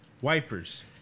Wipers